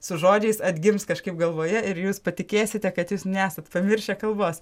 su žodžiais atgims kažkaip galvoje ir jūs patikėsite kad jūs nesat pamiršę kalbos